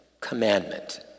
commandment